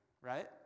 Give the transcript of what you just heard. right